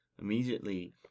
Immediately